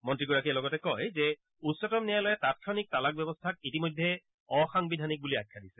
মন্ত্ৰীগৰাকীয়ে লগতে কয় যে উচ্চতম ন্যায়ালয়ে তাংক্ষণিক তালাক ব্যৱস্থাক ইতিমধ্যে অ সাংবিধানিক বুলি আখ্যা দিছে